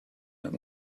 man